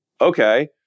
Okay